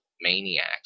maniacs